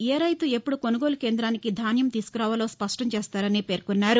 ఏ రైతు ఎప్పుడు కొనుగోలు కేందానికి ధాన్యం తీసుకురావాలో స్పష్టం చేస్తారని పేర్కొన్నారు